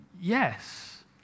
yes